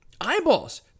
eyeballs